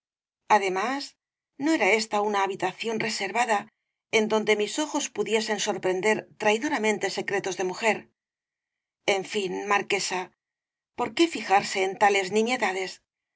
además no era ésta una habitación reservada en donde mis ojos pudiesen sorprender traidoramente secretos de mujer en fin marquesa por qué fijarse en tales